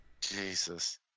Jesus